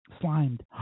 Slimed